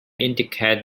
indicate